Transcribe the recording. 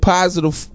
Positive